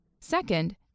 Second